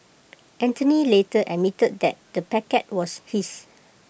Anthony later admitted that the packet was his